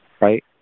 right